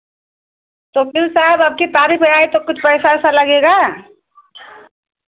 तो वकील साहब अबकी तारीख पे आए तो कुछ पैसा ओएसा लगेगा